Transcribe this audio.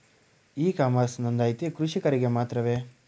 E commerce ನೊಂದಾಯಿತ ಕೃಷಿಕರಿಗೆ ಮಾತ್ರವೇ?